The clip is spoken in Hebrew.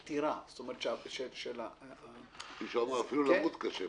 אפילו אישור פטירה- -- אפילו למות קשה כאן.